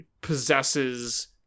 possesses